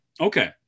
Okay